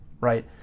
right